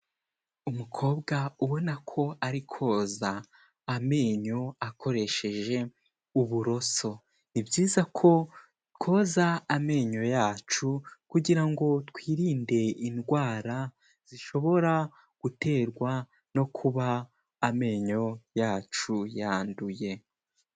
Umukobwa ubona ko ari koza amenyo akoresheje uburoso, ni byiza ko twoza amenyo yacu kugira ngo twirinde indwara zishobora guterwa no kuba amenyo yacu yanduye.